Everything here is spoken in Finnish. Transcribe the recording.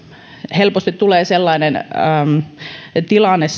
helposti tulee sellainen tilanne